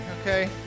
okay